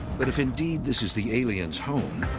but if, indeed, this is the aliens' home,